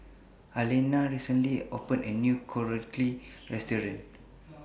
Allena recently opened A New Korokke Restaurant